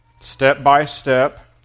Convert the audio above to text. step-by-step